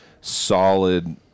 solid